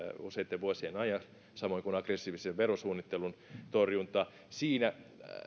useitten vuosien ajan samoin kuin aggressiivisen verotussuunnittelun torjunta siinä